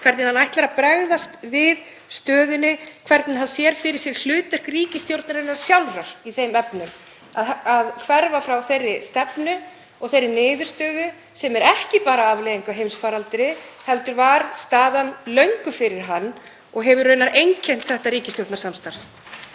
hvernig hann ætlar að bregðast við stöðunni, hvernig hann sér fyrir sér hlutverk ríkisstjórnarinnar sjálfrar í þeim efnum að hverfa frá þeirri stefnu og þeirri niðurstöðu, sem er ekki bara afleiðing af heimsfaraldri heldur var uppi löngu fyrir hann og hefur raunar einkennt þetta ríkisstjórnarsamstarf.